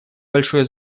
большое